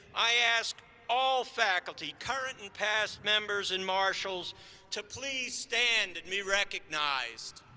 i ask all faculty current and past members and marshals to please stand and be recognized.